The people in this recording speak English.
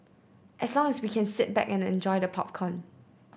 as long as we can sit back and enjoy the popcorn